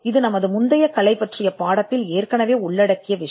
இப்போது இது முந்தைய கலை பற்றிய பாடத்தில் நாம் உள்ளடக்கிய ஒன்று